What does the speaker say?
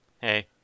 Hey